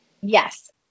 Yes